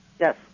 Yes